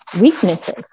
weaknesses